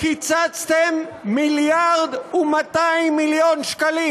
קיצצתם 1.2 מיליארד שקלים.